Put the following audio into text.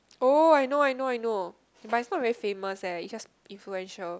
oh I know I know I know but it's not very famous eh it's just influential